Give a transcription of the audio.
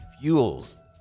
fuels